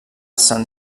saint